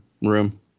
room